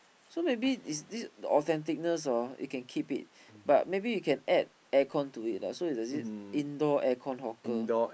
so maybe is this the authenticness orh you can keep it but maybe you can add air con to it lah so there is this indoor air con hawker